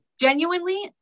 genuinely